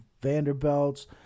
Vanderbilt's